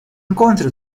encontre